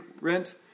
rent